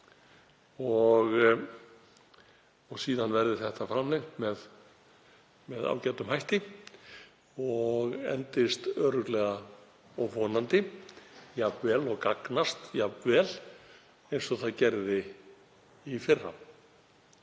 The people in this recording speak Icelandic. og síðan verði þetta framlengt með ágætum hætti og endist örugglega og vonandi jafn vel og gagnast jafn vel og það gerði í fyrra.